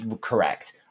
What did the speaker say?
correct